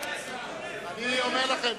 אני אומר לכם.